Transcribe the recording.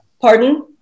pardon